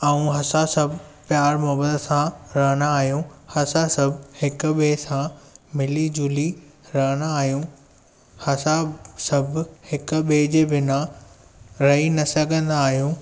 ऐं असां सभु पियारु मोहबत सां रहंदा आहियूं असां सभु हिक ॿिए सां मिली जुली रहंदा आहियूं असां सभु हिक ॿिए जे बिना रही न सघंदा आहियूं